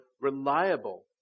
reliable